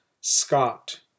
Scott